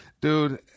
dude